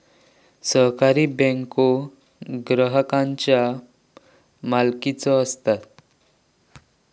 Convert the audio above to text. सहकारी बँको ग्राहकांच्या मालकीचे असतत